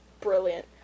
brilliant